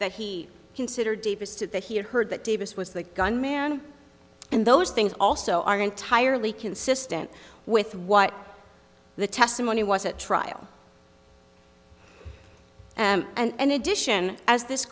that he considered davis to that he had heard that davis was the gun man and those things also are entirely consistent with what the testimony was at trial and addition as this